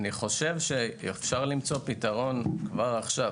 אני חושב שאפשר למצוא פתרון כבר עכשיו.